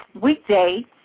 weekday